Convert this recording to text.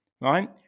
right